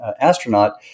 astronaut